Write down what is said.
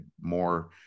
more